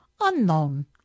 unknown